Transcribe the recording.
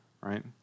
Right